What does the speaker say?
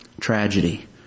tragedy